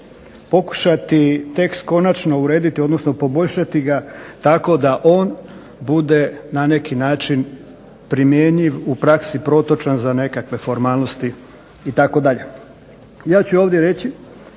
pokušati tekst konačno urediti odnosno poboljšati ga tako da on bude na neki način primjenjiv, u praksi protočan za nekakve formalnosti itd. Ja ću ovdje reći